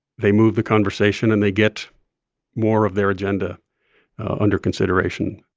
they move the conversation and they get more of their agenda under consideration